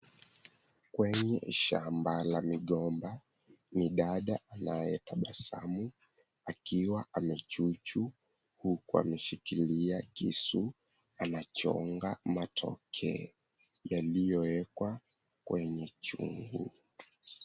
Kwenye shamba la migomba midada anayetabasamu akiwa amechuchu huku ameshikilia kisu, anachonga matoke yaliyoekwa kwenye chungu.